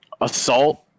assault